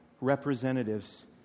representatives